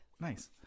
Nice